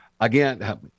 again